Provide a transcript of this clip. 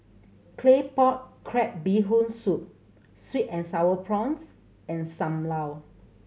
Claypot Crab Bee Hoon Soup sweet and Sour Prawns and Sam Lau